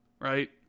right